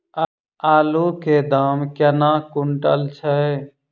आलु केँ दाम केना कुनटल छैय?